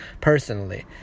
personally